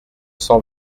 cent